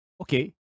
okay